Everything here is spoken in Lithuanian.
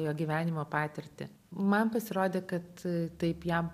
jo gyvenimo patirtį man pasirodė kad taip jam